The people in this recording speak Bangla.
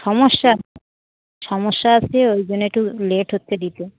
সমস্যা সমস্যা আছে ওই জন্যে একটু লেট হচ্ছে দিতে